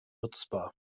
nutzbar